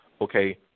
okay